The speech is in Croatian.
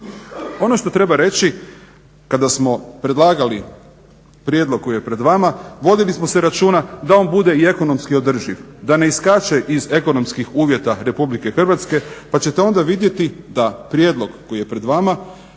Ono što treba reći kada smo predlagali prijedlog koji je pred vama, vodili smo računa da on bude i ekonomski održiv, da ne iskače iz ekonomskih uvjeta RH pa ćete onda vidjeti da prijedlog koji je pred vama